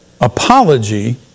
Apology